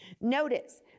Notice